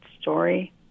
story